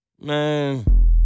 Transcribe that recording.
Man